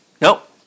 Nope